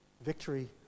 victory